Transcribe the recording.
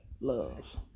loves